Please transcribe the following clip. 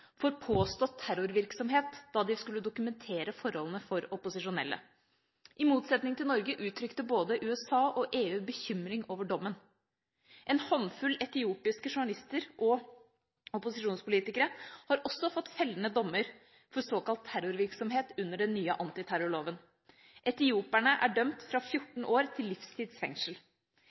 for påstått terrorvirksomhet da de skulle dokumentere forholdene for opposisjonelle. I motsetning til Norge uttrykte både USA og EU bekymring over dommen. En håndfull etiopiske journalister og opposisjonspolitikere har også fått fellende dommer for såkalt terrorvirksomhet under den nye antiterrorloven. Etioperne er dømt fra 14 år til